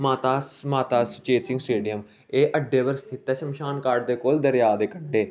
माता स माता सुचेत सिंह स्टेडियम एह् अड्डे पर स्थित ऐ शमशान घाट दे कोल दरेआ दे कंढै